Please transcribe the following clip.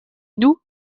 nous